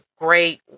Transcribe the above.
great